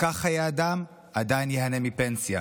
לקח חיי אדם, עדיין ייהנה מהפנסיה.